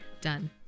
done